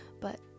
but-